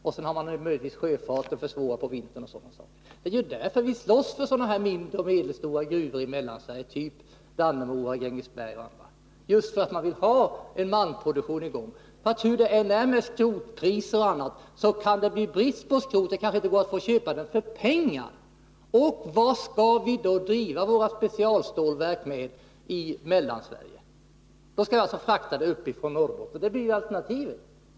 Möjligtvis kan man räkna med sjöfarten, men den försvåras under vintern. Det är därför vi slåss för mindre och medelstora gruvor i Mellansverige, typ Dannemora och Grängesberg. Man vill ha en malmproduktion i gång. Hur det än är med skrotpriserna så kan det bli brist på skrot. Det kanske inte finns att köpa för pengar. Vad skall vi då i Mellansverige driva våra specialstålverk med? Materialet skall alltså fraktas från Norrbotten, det blir alternativet.